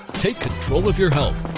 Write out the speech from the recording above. take control of your health,